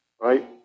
right